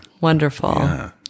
Wonderful